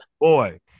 Boy